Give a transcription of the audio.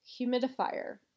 humidifier